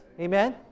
Amen